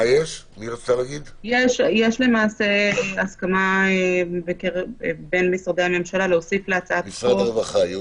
יש הסכמה בין משרדי הממשלה להוסיף להצעת החוק